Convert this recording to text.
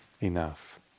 enough